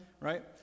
right